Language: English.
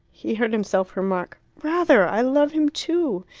he heard himself remark rather! i love him too!